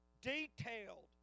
detailed